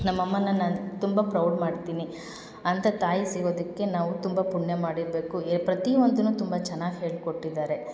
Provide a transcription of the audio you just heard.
ನಮ್ಮ ಅಮ್ಮನ್ನ ನಾನು ತುಂಬ ಪ್ರೌಡ್ ಮಾಡ್ತೀನಿ ಅಂಥ ತಾಯಿ ಸಿಗೋದಕ್ಕೆ ನಾವು ತುಂಬ ಪುಣ್ಯ ಮಾಡಿರಬೇಕು ಏ ಪ್ರತಿಯೊಂದುನು ತುಂಬ ಚೆನ್ನಾಗಿ ಹೇಳಿಕೊಟ್ಟಿದ್ದಾರೆ